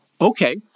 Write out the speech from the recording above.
okay